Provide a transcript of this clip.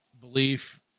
belief